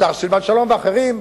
השר סילבן שלום ואחרים,